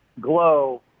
glow